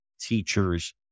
teachers